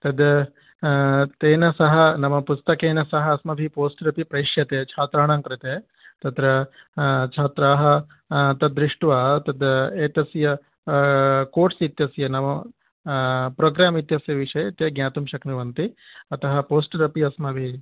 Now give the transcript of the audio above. तद् तेन सह नाम पुस्तकेन सह अस्माभिः पोस्टर् अपि प्रेष्यते छात्राणां कृते तत्र छात्राः तद्दृष्ट्वा तद् एतस्य कोर्स् इत्यस्य नाम प्रोग्राम् इत्यस्य विषये ते ज्ञातुं शक्नुवन्ति अतः पोस्टर् अपि अस्माभिः